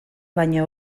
baina